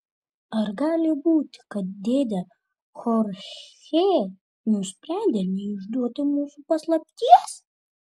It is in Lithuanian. ar gali būti kad dėdė chorchė nusprendė neišduoti mūsų paslapties